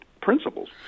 principles